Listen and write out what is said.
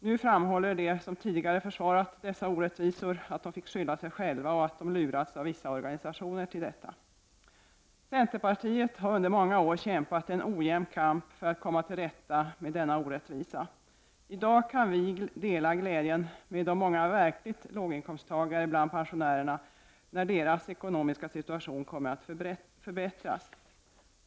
Nu framhåller de som tidigare försvarat dessa orättvisor att de fick skylla sig själva och att de lurats av vissa organisationer till detta. Centerpartiet har under många år kämpat en ojämn kamp för att komma till rätta med denna orättvisa. I dag kan vi dela glädjen med de många verkliga låginkomsttagarna bland pensionärerna när deras ekonomiska situation kommer att förbättras.